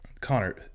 connor